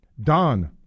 Don